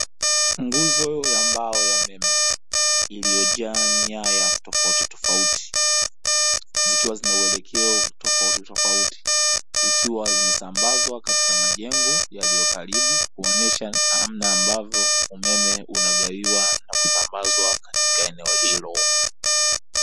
Nguzo ya mbao ya umeme, iliyojaa nyaya tofautitofauti, zikiwa na uelekeo tofautitofauti, zikiwa zimesambazwa katika majengo yaliyo karibu, kuonyesha namna ambavyo umeme unagawiwa na kusambazwa katika eneo hilo.